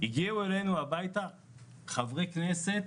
הגיעו אלינו חברי כנסת